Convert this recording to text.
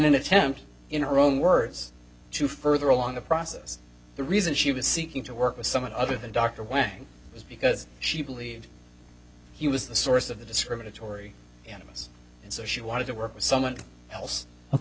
an attempt in her own words to further along the process the reason she was seeking to work with someone other than dr wang was because she believed he was the source of the discriminatory animists so she wanted to work with someone else ok